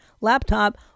laptop